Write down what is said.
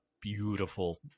beautiful